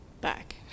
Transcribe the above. back